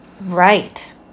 Right